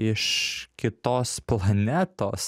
iš kitos planetos